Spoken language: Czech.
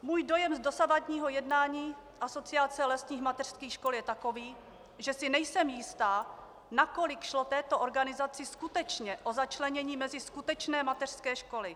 Můj dojem z dosavadního jednání Asociace lesních mateřských škol je takový, že si nejsem jistá, na kolik šlo této organizaci skutečně o začlenění mezi skutečné mateřské školy.